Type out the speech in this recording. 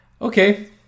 Okay